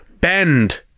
bend